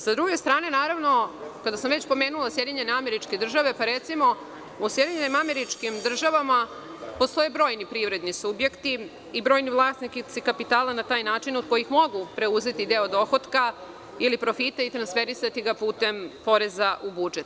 Sa druge strane, kada sam već pomenula SAD, recimo u SAD postoje brojni privredni subjekti i brojni vlasnici kapitala na taj način od kojih mogu preuzeti deo dohotka, ili profita i transferisati ga putem poreza u budžet.